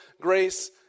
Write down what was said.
grace